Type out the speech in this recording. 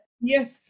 Yes